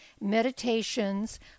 Meditations